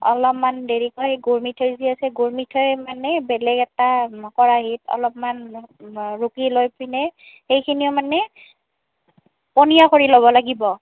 অলপমান দেৰিকৈ গুৰ মিঠৈ যদি আছে গুৰ মিঠৈ মানে বেলেগ এটা খৰাহীত অলপমান ৰুকি লৈ পিনে সেইখিনিও মানে পনীয়া কৰি ল'ব লাগিব